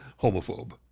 homophobe